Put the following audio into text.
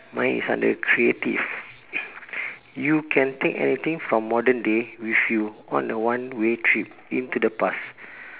mine is under creative you can take anything from modern day with you on a one way trip into the past